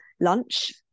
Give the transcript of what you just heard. lunch